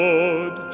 Lord